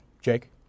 Jake